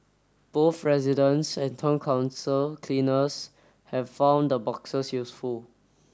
both residents and Town Council cleaners have found the boxes useful